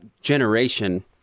generation